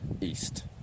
east